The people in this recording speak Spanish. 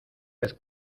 vez